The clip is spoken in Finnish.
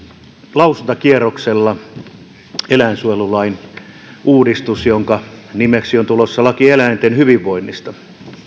lausuntokierroksella eläinsuojelulain uudistus jonka nimeksi on tulossa laki eläinten hyvinvoinnista